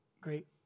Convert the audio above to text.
great